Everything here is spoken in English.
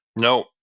No